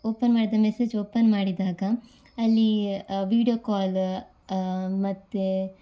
open ಮಾಡಿದ message open ಮಾಡಿದಾಗ ಅಲ್ಲಿ ವೀಡಿಯೋ ಕಾಲ ಮತ್ತು